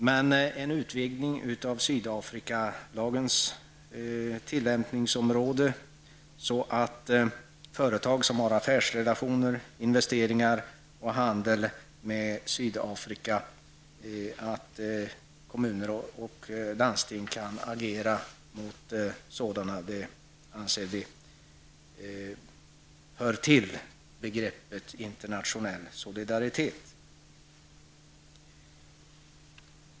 Men en utvidgning av Sydafrikalagens tillämpningsområde, så att kommuner och landsting kan agera mot företag som har affärsrelationer, investeringar och handel med Sydafrika, anser vi höra till begreppet internationell solidaritet.